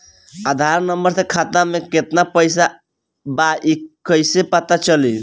आधार number से खाता में केतना पईसा बा ई क्ईसे पता चलि?